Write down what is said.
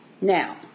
Now